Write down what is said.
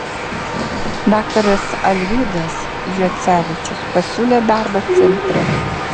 daktaras alvydas juocevičius pasiūlė darbą centre